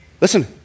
listen